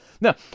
Now